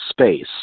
space